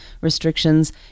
restrictions